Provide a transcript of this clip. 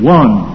one